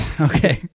Okay